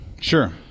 Sure